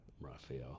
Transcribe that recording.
Raphael